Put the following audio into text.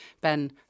Ben